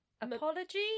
apology